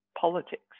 politics